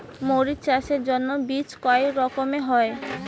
মরিচ চাষের জন্য বীজ কয় রকমের হয়?